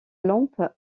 lampe